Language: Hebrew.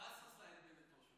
עבאס עשה את בנט ראש ממשלה.